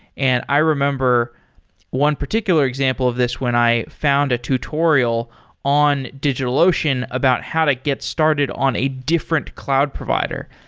and i remember one particular example of this when i found a tutorial in digitalocean about how to get started on a different cloud provider.